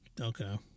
okay